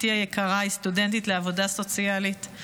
בתי היקרה, היא סטודנטית לעבודה סוציאלית.